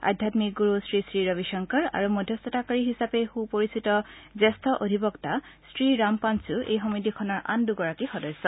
আধ্যামিক গুৰু শ্ৰীশ্ৰী ৰৱিশংকৰ আৰু মধ্যস্থতাকাৰী হিচাপে সু পৰিচিত জ্যেষ্ঠ অধিবক্তা শ্ৰীৰাম পাঞ্চ এই সমিতিখনৰ আন দুগৰাকী সদস্য